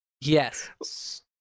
Yes